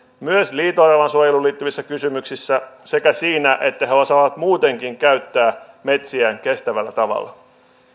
myös liito oravan suojeluun liittyvissä kysymyksissä sekä siinä että he he osaavat muutenkin käyttää metsiään kestävällä tavalla